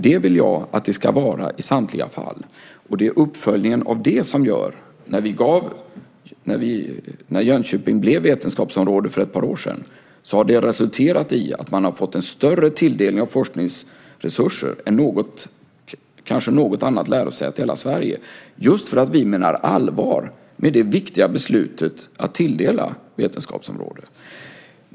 Det vill jag att det ska vara i samtliga fall. Det är uppföljningen av detta som gör att när Jönköping blev vetenskapsområde har det resulterat i att Jönköping har fått en större tilldelning av forskningsresurser än kanske något annat lärosäte i hela Sverige. Så är det just för att vi menar allvar med det viktiga beslutet att tilldela vetenskapsområden.